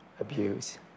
abuse